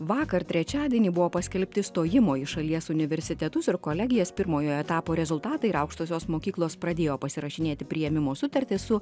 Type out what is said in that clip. vakar trečiadienį buvo paskelbti stojimo į šalies universitetus ir kolegijas pirmojo etapo rezultatai ir aukštosios mokyklos pradėjo pasirašinėti priėmimo sutartis su